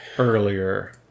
Earlier